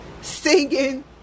singing